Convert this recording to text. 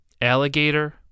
alligator